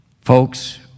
Folks